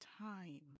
time